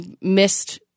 missed